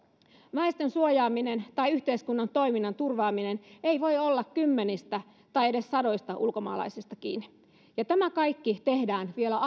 väestön suojaaminen tai yhteiskunnan toiminnan turvaaminen ei voi olla kymmenistä tai edes sadoista ulkomaalaisista kiinni ja tämä kaikki tehdään vielä